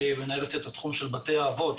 שהיא מנהלת את התחום של בתי האבות,